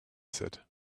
said